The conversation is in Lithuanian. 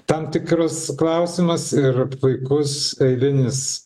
tam tikras klausimas ir puikus eilinis